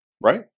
Right